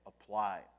apply